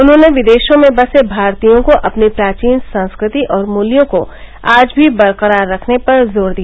उन्होंने विदेशों में बसे भारतीयों को अपनी प्राचीन संस्कृति और मूल्यों को आज भी बरकरार रखने पर जोर दिया